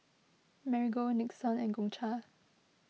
Marigold Nixon and Gongcha